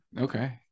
Okay